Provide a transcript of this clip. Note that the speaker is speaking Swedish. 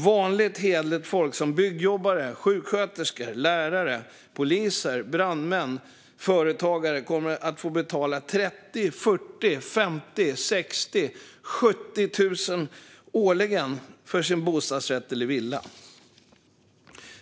Vanligt hederligt folk som byggjobbare, sjuksköterskor, lärare, poliser, brandmän och företagare kommer att få betala 30 000, 40 000, 50 000, 60 000 eller 70 000 årligen för sin bostadsrätt eller villa.